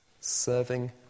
Serving